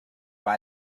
buy